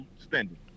spending